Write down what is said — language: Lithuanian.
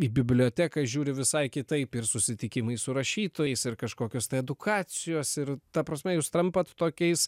į biblioteką žiūri visai kitaip ir susitikimai su rašytojais ir kažkokios tai edukacijos ir ta prasme jūs tampat tokiais